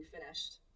finished